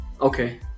Okay